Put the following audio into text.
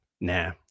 Nah